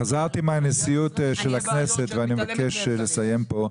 חזרתי מהנשיאות של הכנסת ואני מבקש לסיים פה.